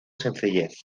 sencillez